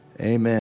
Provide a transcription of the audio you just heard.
amen